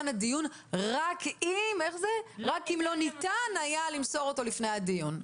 הדיון רק אם לא ניתן היה למסור אותם לפני הדיון.